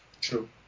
True